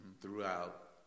throughout